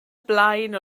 blaen